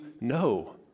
no